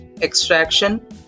extraction